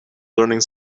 learning